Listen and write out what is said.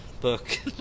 book